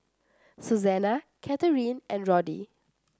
Susana Catharine and Roddy